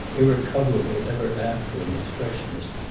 irrecoverable ever after in its freshness,